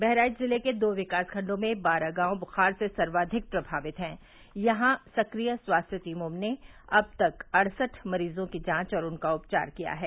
बहराइच जिले के दो विकास खंडों में बारह गांव दुखार से सर्वाधिक प्रभावित हैं यहां सक्रिय स्वास्थ्य टीमों ने अब तक अड़सठ मरीजों की जांच और उनका उपचार किया है